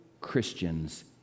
Christian's